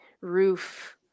roof